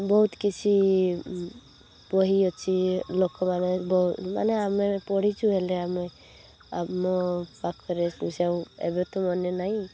ବହୁତ କିଛି ବହି ଅଛି ଲୋକମାନେ ମାନେ ଆମେ ପଢ଼ିଛୁ ହେଲେ ଆମେ ଆମ ପାଖରେ ପଇସା ଏବେ ତ ମାନେ ନାହିଁ